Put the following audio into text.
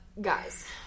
guys